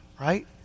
right